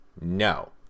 no